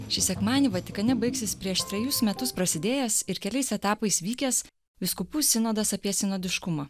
šį sekmadienį vatikane baigsis prieš trejus metus prasidėjęs ir keliais etapais vykęs vyskupų sinodas apie sinodiškumą